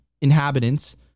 inhabitants